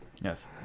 Yes